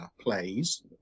plays